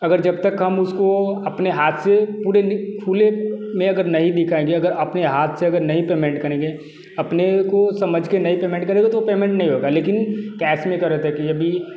अगर जब तक हम उसको अपने हाथ से पूरे नि खुले में अगर नहीं दिखाएंगे अगर अपने हाथ से अगर नहीं पेमेंट करेंगे अपने को समझ के नहीं पेमेंट करेंगे तो पेमेंट नहीं होगा लेकिन कैश में क्या रहता है कि यदि